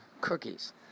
cookies